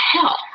hell